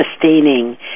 sustaining